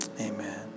Amen